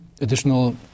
additional